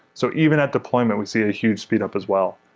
so even at deployment, we see a huge speed up as well.